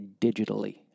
digitally